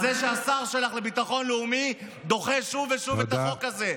על זה שהשר שלך לביטחון הלאומי דוחה שוב ושוב את החוק הזה,